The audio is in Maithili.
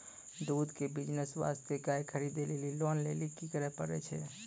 दूध के बिज़नेस वास्ते गाय खरीदे लेली लोन लेली की करे पड़ै छै?